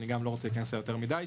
אני לא רוצה להיכנס אליה יותר מדי,